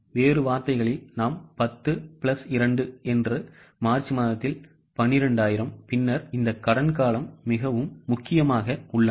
வேறு வார்த்தைகளில் நாம் 10 பிளஸ் 2 என்று மார்ச் மாதத்தில் 12000 பின்னர் இந்த கடன் காலம் மிகவும்முக்கியமாக உள்ளன